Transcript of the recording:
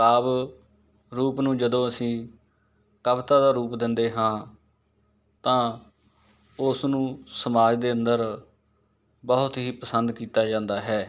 ਕਾਵਿ ਰੂਪ ਨੂੰ ਜਦੋਂ ਅਸੀਂ ਕਵਿਤਾ ਦਾ ਰੂਪ ਦਿੰਦੇ ਹਾਂ ਤਾਂ ਉਸਨੂੰ ਸਮਾਜ ਦੇ ਅੰਦਰ ਬਹੁਤ ਹੀ ਪਸੰਦ ਕੀਤਾ ਜਾਂਦਾ ਹੈ